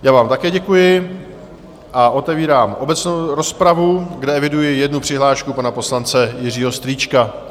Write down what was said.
Já vám také děkuji a otevírám obecnou rozpravu, kde eviduji jednu přihlášku, pana poslance Jiřího Strýčka.